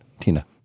Tina